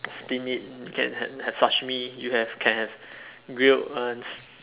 steam it you can have have sashimi you have can have grilled ones